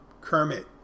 Kermit